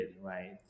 right